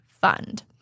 fund